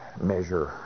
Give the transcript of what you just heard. measure